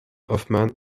hoffman